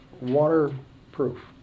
waterproof